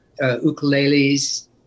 ukuleles